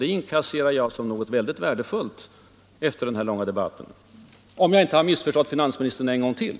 Det inkasserar jag som värdefullt efter denna långa debatt, om jag inte har missförstått finansministern en gång till!